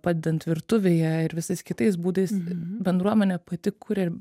padedant virtuvėje ir visais kitais būdais bendruomenė pati kuria ir